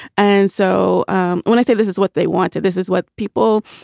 and so um when i say this is what they wanted, this is what people,